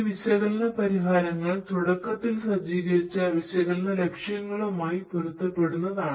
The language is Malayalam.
ഈ വിശകലന പരിഹാരങ്ങൾ തുടക്കത്തിൽ സജ്ജീകരിച്ച വിശകലന ലക്ഷ്യങ്ങളുമായി പൊരുത്തപ്പെടുന്നതാണ്